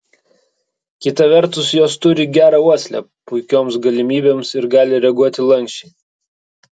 kita vertus jos turi gerą uoslę puikioms galimybėms ir gali reaguoti lanksčiai